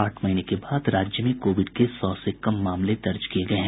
आठ महीने के बाद राज्य में कोविड के सौ से कम मामले दर्ज किये गये हैं